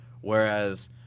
whereas